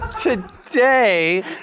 today